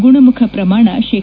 ಗುಣಮುಖ ಪ್ರಮಾಣ ಶೇ